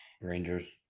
Rangers